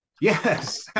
Yes